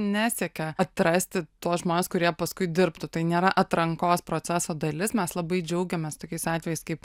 nesiekia atrasti tuos žmones kurie paskui dirbtų tai nėra atrankos proceso dalis mes labai džiaugiamės tokiais atvejais kaip